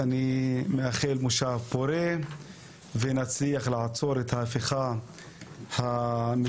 אני מאחל כנס פורה ושנצליח לעצור את ההפיכה המשטרית